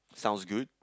sounds good